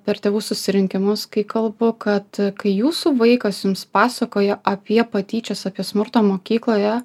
per tėvų susirinkimus kai kalbu kad kai jūsų vaikas jums pasakoja apie patyčias apie smurtą mokykloje